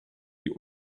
die